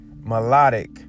melodic